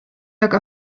aga